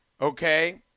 okay